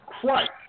Christ